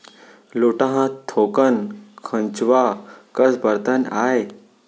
लोटा ह थोकन खंचवा कस बरतन आय